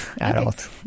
adult